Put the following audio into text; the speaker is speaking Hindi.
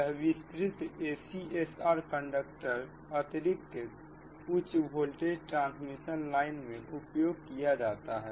यह विस्तृत ACSR कंडक्टर अतिरिक्त उच्च वोल्टेज ट्रांसमिशन लाइन में उपयोग किया जाता है